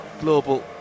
Global